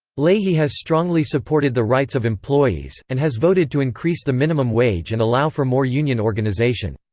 leahy has strongly supported the rights of employees, and has voted to increase the minimum wage and allow for more union organization.